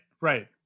right